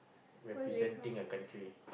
representing a country